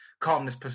calmness